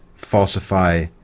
Falsify